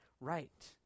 right